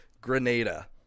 Grenada